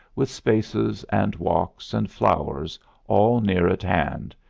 with spaces and walks and flowers all near at hand,